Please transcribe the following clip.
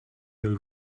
your